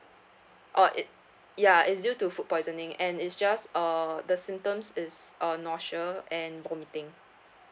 uh it ya it'd due to food poisoning and is just uh the symptoms is uh nausea and vomiting